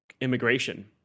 immigration